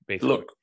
Look